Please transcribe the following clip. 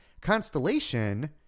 Constellation